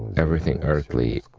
everything earthly,